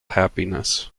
happiness